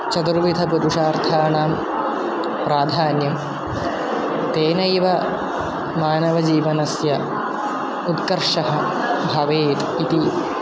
चतुर्विधपुरुषार्थाणां प्राधान्यं तेनैव मानवजीवनस्य उत्कर्षः भवेत् इति